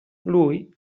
lui